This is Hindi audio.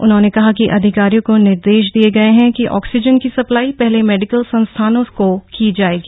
उन्होंने कहा कि अधिकारियों को निर्देश दिए गये हैं कि ऑक्सीजन की सप्लाई पहले मेडिकल संस्थानों को की जाएगी